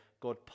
God